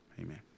Amen